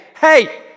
hey